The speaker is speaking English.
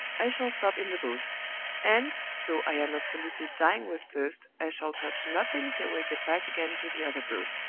i shall stop in the boat and, though i am absolutely dying with thirst, i shall touch nothing till we get back again to the other broad!